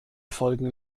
folgen